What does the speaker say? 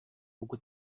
buku